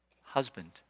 husband